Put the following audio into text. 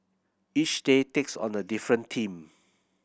each day takes on the different team